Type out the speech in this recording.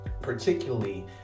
particularly